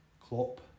Klopp